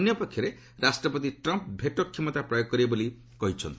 ଅନ୍ୟ ପକ୍ଷରେ ରାଷ୍ଟ୍ରପତି ଟ୍ରମ୍ପ୍ ଭେଟୋ କ୍ଷମତା ପ୍ରୟୋଗ କରିବେ ବୋଲି କହିଚ୍ଛନ୍ତି